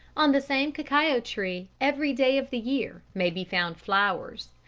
on the same cacao tree every day of the year may be found flowers,